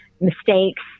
mistakes